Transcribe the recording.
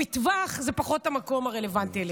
מטווח זה פחות המקום הרלוונטי להן.